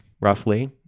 roughly